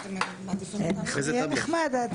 זה יהיה נחמד.